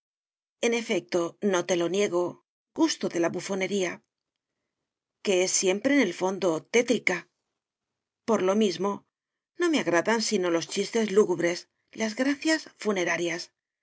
en efecto no te lo niego gusto de la bufonería que es siempre en el fondo tétrica por lo mismo no me agradan sino los chistes lúgubres las gracias funerarias